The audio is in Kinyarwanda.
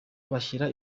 bashyira